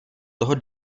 toho